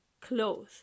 clothes